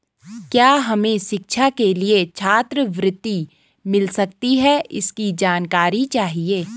क्या हमें शिक्षा के लिए छात्रवृत्ति मिल सकती है इसकी जानकारी चाहिए?